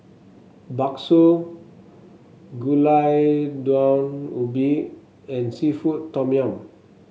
bakso Gulai Daun Ubi and seafood Tom Yum